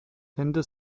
tento